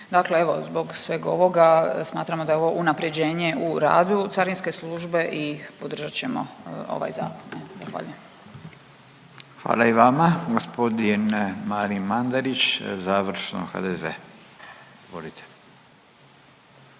Dakle, evo zbog sveg ovoga smatramo da je ovo unapređenje u radu carinske službe i podržat ćemo ovaj zakon. Zahvaljujem. **Radin, Furio (Nezavisni)** Hvala